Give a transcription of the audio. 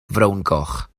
frowngoch